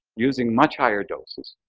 using much higher doses,